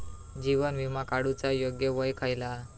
जीवन विमा काडूचा योग्य वय खयला?